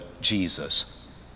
Jesus